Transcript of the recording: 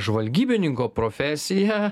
žvalgybininko profesija